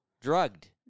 drugged